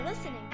Listening